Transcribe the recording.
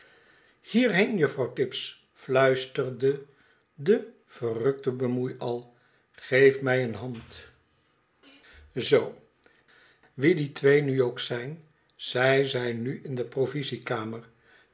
hierheen juffrouw tibbs fluisterde de verrukte bemoeial geef mij een hand zoo wie die twee nu ook zijn zij zijn nu in de